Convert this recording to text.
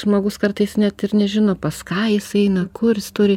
žmogus kartais net ir nežino pas ką jis eina kur jis turi